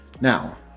now